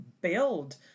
build